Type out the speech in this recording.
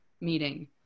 meeting